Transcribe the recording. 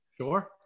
Sure